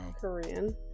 Korean